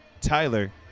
Tyler